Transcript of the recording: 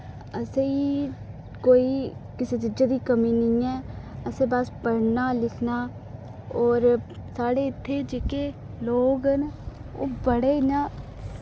असें ई कोई कुसै चीजे दी कमी निं ऐ असें बस पढ़ना लिखना और साढ़े इत्थै जेह्के लोग न ओ बड़े इ'यां